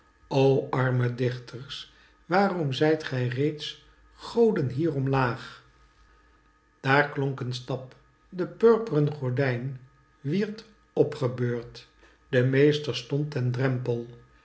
arme dichters waarom zijt gij reeds goden hier omlaag daar klonk een stap de purperen gordijn wierd opgebeurd de meester stond ten drempel